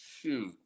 Shoot